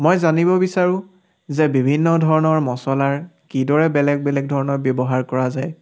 মই জানিব বিচাৰোঁ যে বিভিন্ন ধৰণৰ মচলাৰ কিদৰে বেলেগ বেলেগ ধৰণৰ ব্যৱহাৰ কৰা যায়